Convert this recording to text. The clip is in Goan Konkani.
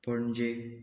पणजे